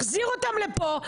מחזיר אותם לפה.